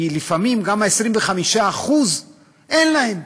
כי לפעמים גם 25% אין להם.